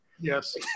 Yes